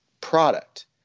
product